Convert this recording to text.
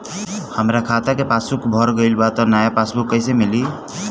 हमार खाता के पासबूक भर गएल बा त नया पासबूक कइसे मिली?